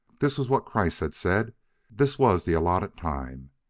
this was what kreiss had said this was the allotted time.